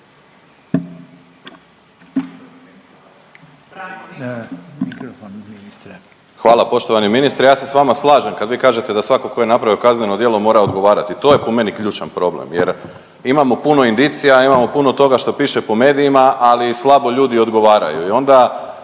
Hvala poštovani ministre. Ja se s vama slažem kad vi kažete da svatko tko je napravio kazneno djelo mora odgovarati, to je po meni ključan problem jer imamo puno indicija, a imamo puno toga što piše po medijima, ali slabo ljudi odgovaraju i onda,